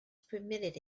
permitted